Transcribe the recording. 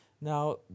Now